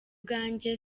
bwanjye